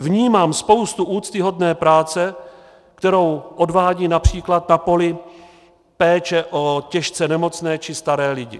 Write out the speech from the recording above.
Vnímám spoustu úctyhodné práce, kterou odvádí například na poli péče o těžce nemocné či staré lidi.